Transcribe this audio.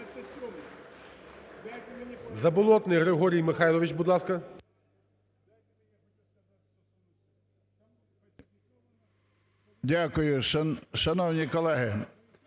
Дякую. Шановні колеги,